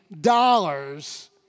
dollars